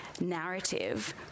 narrative